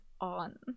on